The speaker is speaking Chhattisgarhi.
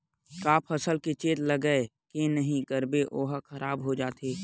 का फसल के चेत लगय के नहीं करबे ओहा खराब हो जाथे?